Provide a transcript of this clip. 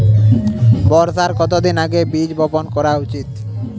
বর্ষার কতদিন আগে বীজ বপন করা উচিৎ?